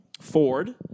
Ford